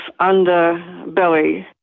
underbelly